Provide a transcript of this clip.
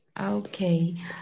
okay